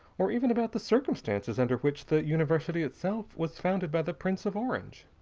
or even about the circumstances under which the university itself was founded by the prince of orange.